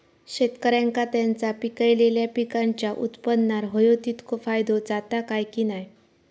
शेतकऱ्यांका त्यांचा पिकयलेल्या पीकांच्या उत्पन्नार होयो तितको फायदो जाता काय की नाय?